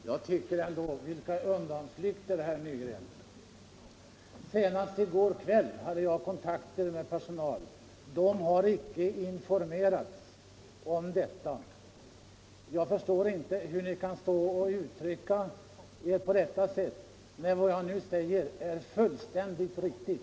Herr talman! Vilka undanflykter, herr Nygren! Senast i går kväll hade jag kontakt med personalen. Den har icke informerats om detta. Jag förstår inte hur ni kan uttrycka er på detta sätt när vad jag nu säger är fullständigt riktigt.